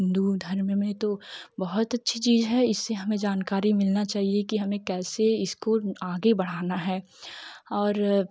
हिन्दू धर्म में तो बहुत अच्छी चीज़ है इससे हमें जानकारी मिलना चाहिए की हमें कैसे इसको आगे बढ़ाना है और